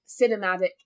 cinematic